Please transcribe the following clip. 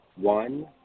one